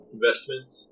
Investments